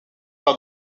par